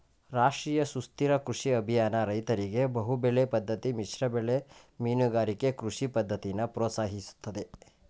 ರಾಷ್ಟ್ರೀಯ ಸುಸ್ಥಿರ ಕೃಷಿ ಅಭಿಯಾನ ರೈತರಿಗೆ ಬಹುಬೆಳೆ ಪದ್ದತಿ ಮಿಶ್ರಬೆಳೆ ಮೀನುಗಾರಿಕೆ ಕೃಷಿ ಪದ್ದತಿನ ಪ್ರೋತ್ಸಾಹಿಸ್ತದೆ